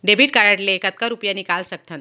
Debit card ले कतका रुपिया निकाल सकथन?